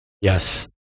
Yes